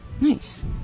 Nice